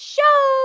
Show